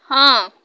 ହଁ